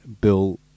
Bill